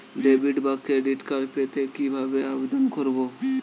Debit বা credit card পেতে কি ভাবে আবেদন করব?